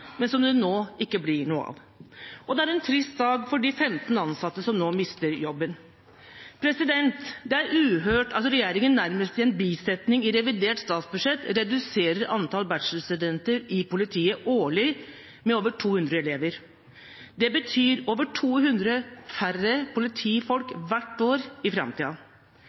men som det nå ikke blir noe av. Og det er en trist dag for de 15 ansatte som nå mister jobben. Det er uhørt at regjeringen nærmest i en bisetning i revidert nasjonalbudsjett reduserer antall bachelorstudenter i politiet årlig med over 200 elever. Det betyr over 200 færre politifolk hvert år i